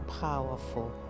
powerful